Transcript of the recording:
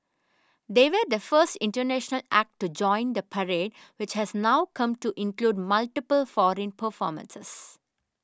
they were the first international act to join the parade which has now come to include multiple foreign performances